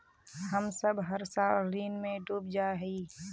हम सब हर साल ऋण में डूब जाए हीये?